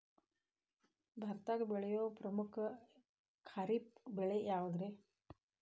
ಭಾರತದಾಗ ಬೆಳೆಯೋ ಪ್ರಮುಖ ಖಾರಿಫ್ ಬೆಳೆ ಯಾವುದ್ರೇ?